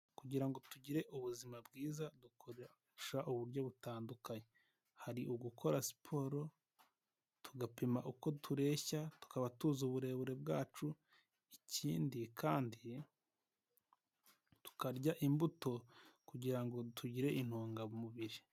kugira ngo tugire ubuzima bwiza dukoresha uburyo butandukanye. Hari ugukora siporo tugapima uko tureshya, tukaba tuzi uburebure bwacu, ikindi kandi tukarya imbuto kugira ngo tugire intungamubiri.